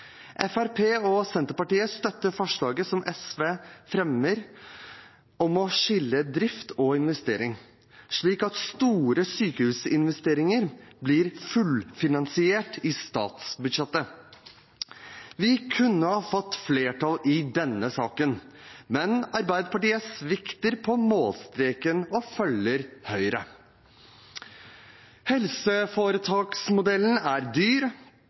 og Senterpartiet støtter forslaget som SV fremmer om å skille drift og investering, slik at store sykehusinvesteringer blir fullfinansiert i statsbudsjettet. Vi kunne ha fått flertall i denne saken, men Arbeiderpartiet svikter på målstreken og følger Høyre. Helseforetaksmodellen er dyr,